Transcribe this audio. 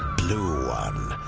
blue one.